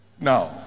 now